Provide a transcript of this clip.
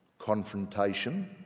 confrontation,